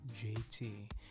JT